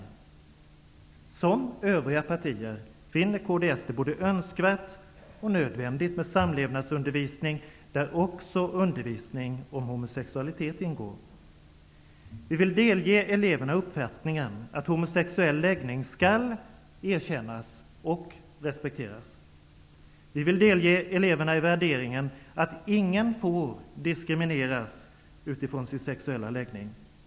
I likhet med övriga partier finner kds det både önskvärt och nödvändigt med samlevnadsundervisning, där också undervisning om homosexualitet ingår. Vi vill delge eleverna uppfattningen att homosexuell läggning skall erkännas och respekteras. Vi vill delge eleverna värderingen att ingen får diskrimineras utifrån sin sexuella läggning.